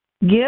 Give